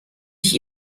ich